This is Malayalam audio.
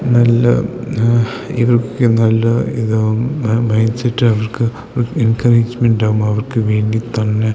നല്ല ഇവർക്ക് നല്ല ഇതാവും മൈൻഡ്സെറ്റ് അവർക്ക് എൻകറേജ്മെൻ്റ് ആകും അവർക്ക് വേണ്ടി തന്നെ